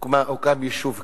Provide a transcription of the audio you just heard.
הוקם יישוב קהילתי.